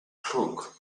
crook